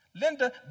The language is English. Linda